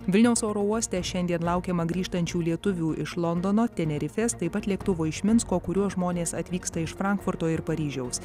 vilniaus oro uoste šiandien laukiama grįžtančių lietuvių iš londono tenerifės taip pat lėktuvo iš minsko kuriuo žmonės atvyksta iš frankfurto ir paryžiaus